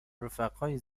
رفقای